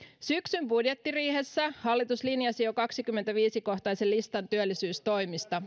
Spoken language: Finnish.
syksyn budjettiriihessä hallitus linjasi jo kaksikymmentäviisi kohtaisen listan työllisyystoimista